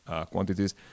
quantities